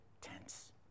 tense